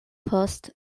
post